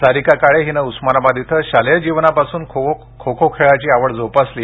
सारिका काळे हिने उस्मानाबाद इथं शालेय जीवनापासून खो खो खेळाची आवड जोपासली